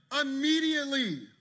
Immediately